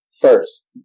First